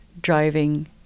driving